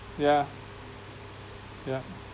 yeah yeah